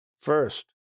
First